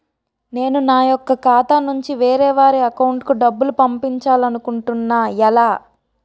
నేను నా యెక్క ఖాతా నుంచి వేరే వారి అకౌంట్ కు డబ్బులు పంపించాలనుకుంటున్నా ఎలా?